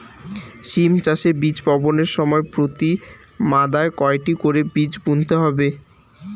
সিম চাষে বীজ বপনের সময় প্রতি মাদায় কয়টি করে বীজ বুনতে হয়?